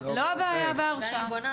לא בעיה בהרשאה,